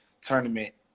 tournament